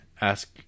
ask